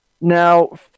Now